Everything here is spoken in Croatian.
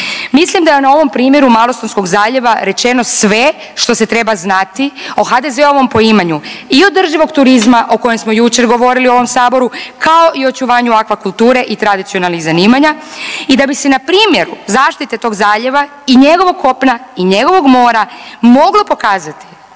Mislim da je na ovom primjeru Malostonskog zaljeva rečeno sve što se treba znati o HDZ-ovom poimanju i održivog turizma o kojem smo jučer govorili u ovom saboru, kao i očuvanju akvakulture i tradicionalnih zanimanja i da bi se na primjeru zaštite tog zaljeva i njegovog kopna i njegovog mora moglo pokazati